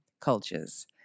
cultures